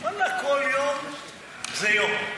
כל יום זה יום,